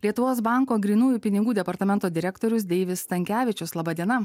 lietuvos banko grynųjų pinigų departamento direktorius deivis stankevičius laba diena